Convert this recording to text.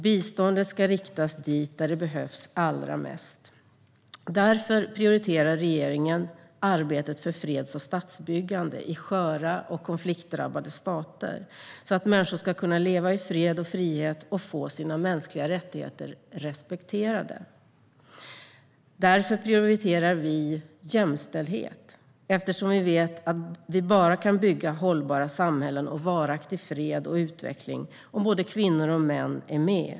Biståndet ska riktas dit där det behövs allra mest. Regeringen prioriterar därför arbetet för freds och statsbyggande i sköra och konfliktdrabbade stater så att människor ska kunna leva i fred och frihet och få sina mänskliga rättigheter respekterade. Vi prioriterar jämställdhet eftersom vi vet att vi bara kan bygga hållbara samhällen och varaktig fred och utveckling om både kvinnor och män är med.